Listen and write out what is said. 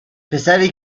پسری